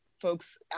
folks